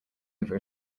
over